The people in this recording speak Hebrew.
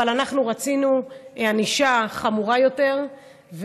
אבל אנחנו רצינו ענישה חמורה יותר,